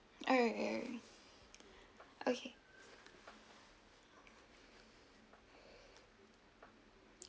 alright right right okay